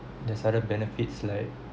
there's other benefits like